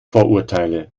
vorurteile